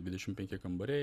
dvidešim penki kambariai